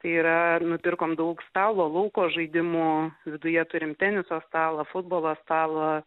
tai yra nupirkom daug stalo lauko žaidimų viduje turim teniso stalą futbolo stalą